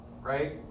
Right